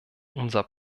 unser